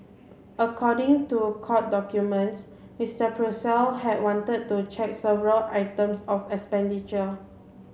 according to court documents Mister Purcell have wanted to check several items of expenditure